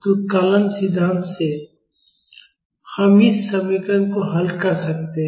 तो कलन सिद्धांत से हम इस समीकरण को हल कर सकते हैं